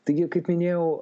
taigi kaip minėjau